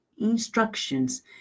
instructions